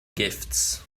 gifts